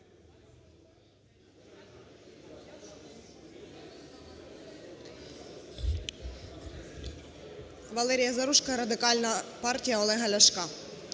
ВалеріяЗаружко, Радикальна партія Олега Ляшка.